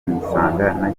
nisanga